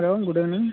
hello good evening